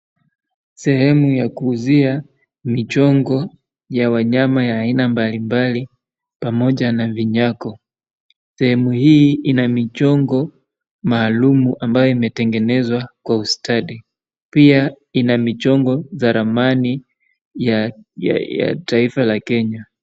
Sehemu ya kuuzia michongo ya wanyama ya aina mbalimbali pamoja na vinyago. Sehemu hii ina michongo maalum ambayo imetengenezwa kwa ustadi. Pia ina michongo za ramani ya taifa la Kenya.